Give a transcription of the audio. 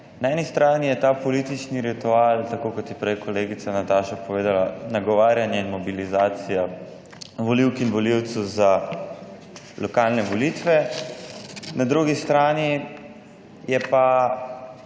Na eni strani je ta politični ritual, tako kot je prej kolegica Nataša povedala, nagovarjanje, mobilizacija volivk in volivcev za lokalne volitve, na drugi strani je pa,